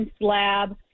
lab